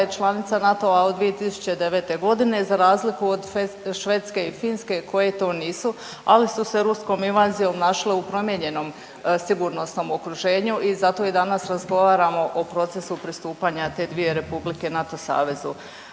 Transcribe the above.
članica NATO-a od 2009. godine za razliku od Švedske i Finske koje to nisu, ali su se ruskom invazijom naše u promijenjenom sigurnosnom okruženju i zato i danas razgovaramo o procesu pristupanja te dvije republike NATO savezu.